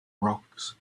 rocks